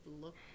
look